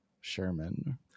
Sherman